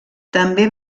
també